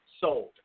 Sold